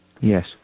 Yes